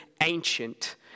ancient